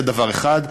זה דבר אחד.